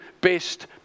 best